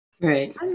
Right